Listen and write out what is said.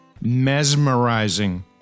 mesmerizing